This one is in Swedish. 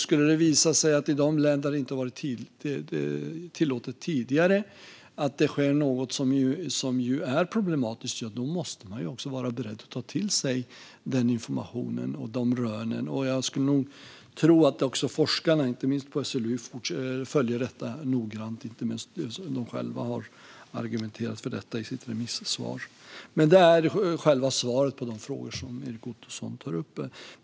Skulle det visa sig att det sker något som är problematiskt i de län där detta tidigare inte varit tillåtet måste vi vara beredda att ta till oss den informationen och de rönen. Jag skulle tro att forskarna - inte minst de på SLU, som själva har argumenterat för detta i sitt remissvar - följer detta noggrant. Det är svaret på de frågor Erik Ottoson tog upp.